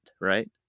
right